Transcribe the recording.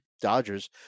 Dodgers